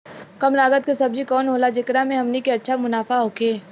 कम लागत के सब्जी कवन होला जेकरा में हमनी के अच्छा मुनाफा होखे?